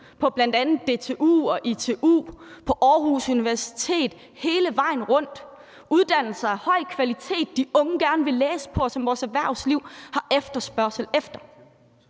på bl.a. DTU, ITU og på Aarhus Universitet – hele vejen rundt. Det er uddannelser af høj kvalitet, som de unge gerne vil læse, og som vores erhvervsliv har efterspørgsel efter.